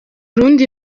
rundi